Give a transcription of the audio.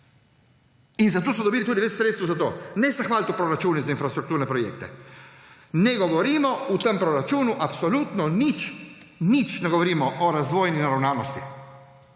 Zato so dobili tudi več sredstev za to; ne se hvaliti v proračunih za infrastrukturne projekte. Ne govorimo v tem proračunu absolutno nič, nič ne govorimo o razvojni naravnanosti,